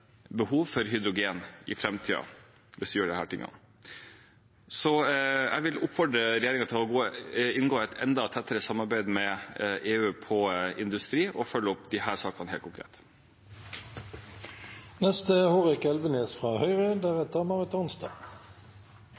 jeg vil oppfordre regjeringen til å inngå et enda tettere samarbeid med EU på industriområdet og følge opp disse sakene helt konkret.